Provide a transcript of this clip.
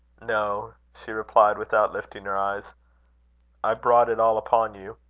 no, she replied, without lifting her eyes i brought it all upon you.